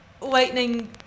Lightning